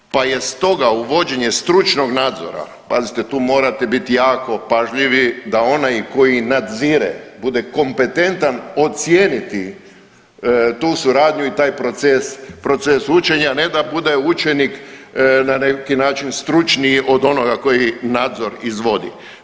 Pa je stoga uvođenje stručnog nadzora, pazite tu morate biti jako pažljivi da onaj koji nazire bude kompetentan ocijeniti tu suradnju i taj proces, proces učenja, ne da bude učenik na neki način stručniji od onoga koji nadzor izvodi.